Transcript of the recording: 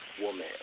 Woman